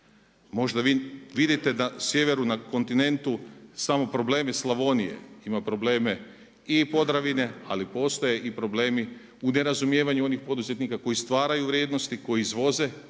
Možda vidite da sjeveru na kontinentu su samo problemi Slavonije. Ima probleme i Podravine ali postoje i problemi u nerazumijevanju onih poduzetnika koji stvaraju vrijednosti, koji izvoze